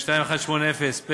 פ/2180,